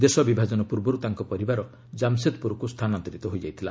ଦେଶ ବିଭାଜନ ପୂର୍ବରୁ ତାଙ୍କ ପରିବାର ଜାମସେଦପୁରକୁ ସ୍ଥାନାନ୍ତରିତ ହୋଇଯାଇଥିଲା